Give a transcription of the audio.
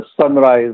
sunrise